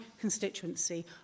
constituency